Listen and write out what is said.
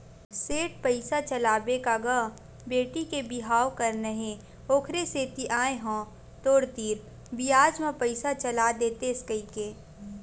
सेठ पइसा चलाबे का गा बेटी के बिहाव करना हे ओखरे सेती आय हंव तोर तीर बियाज म पइसा चला देतेस कहिके